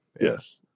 Yes